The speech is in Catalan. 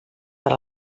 per